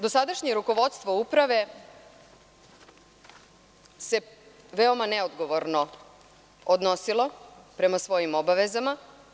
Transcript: Dosadašnje rukovodstvo Uprave se veoma neodgovorno odnosilo prema svojim obavezama.